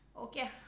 Okay